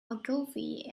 ogilvy